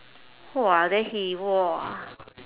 !wah! then he !wah!